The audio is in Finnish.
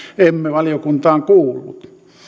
emme valiokuntaan kuulu